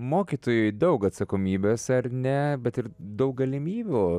mokytojui daug atsakomybės ar ne bet ir daug galimybių